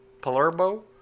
Palermo